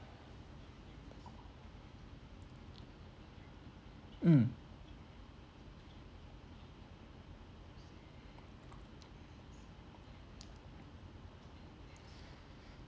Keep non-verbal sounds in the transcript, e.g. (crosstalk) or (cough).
mm (noise)